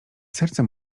serce